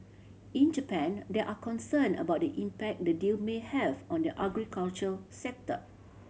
in Japan there are concern about the impact the deal may have on the agriculture sector